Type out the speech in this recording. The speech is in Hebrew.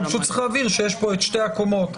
רק צריך להבהיר שיש פה את שתי הקומות,